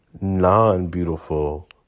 non-beautiful